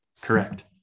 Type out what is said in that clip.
correct